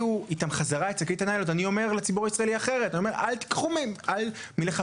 המכולת השכונתית שהקנייה מזדמנת הרבה יותר מהקנייה בסופר,